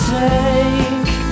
take